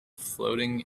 floating